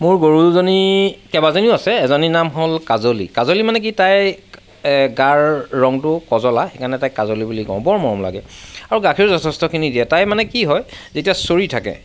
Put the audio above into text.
মোৰ গৰুজনী কেইবাজনীও আছে এজনীৰ নাম হ'ল কাজলী কাজলী মানে কি তাই এই গাৰ ৰংটো কজলা সেইকাৰণে তাইক কাজলী বুলি কওঁ বৰ মৰম লাগে আৰু গাখীৰো যথেষ্টখিনি দিয়ে তাই মানে কি হয় যেতিয়া চৰি থাকে